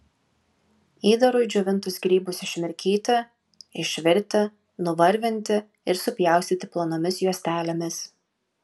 įdarui džiovintus grybus išmirkyti išvirti nuvarvinti ir supjaustyti plonomis juostelėmis